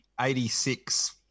86